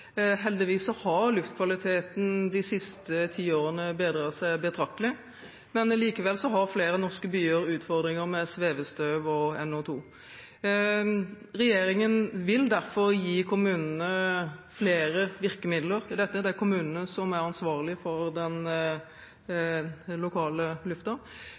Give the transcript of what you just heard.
Heldigvis har luftkvaliteten de siste ti årene bedret seg betraktelig, men likevel har flere norske byer utfordringer med svevestøv og NO2. Regjeringen vil derfor gi kommunene flere virkemidler – det er kommunene som er ansvarlige for den lokale